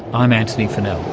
i'm antony funnell.